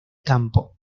campo